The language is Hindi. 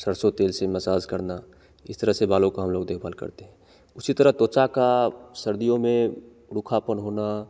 सरसों तेल से मसाज करना इस तरह से बालों का हम लोग देखभाल करते हैं उसी तरह त्वचा का सर्दियो में रूखापन होना